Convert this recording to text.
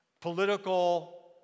political